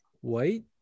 White